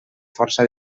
força